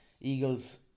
Eagles